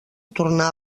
torna